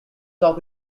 talk